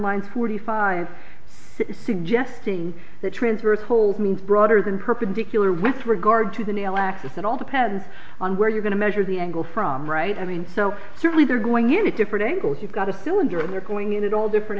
line forty five suggesting that transverse hold means broader than perpendicular with regard to the nail axis it all depends on where you're going to measure the angle from right i mean so certainly they're going in a different angle if you've got a cylinder and they're going in at all different